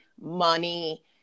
money